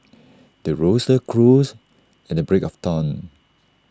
the rooster crows at the break of dawn